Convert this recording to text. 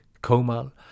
komal